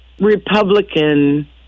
Republican